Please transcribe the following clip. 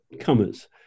comers